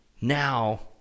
now